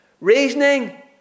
Reasoning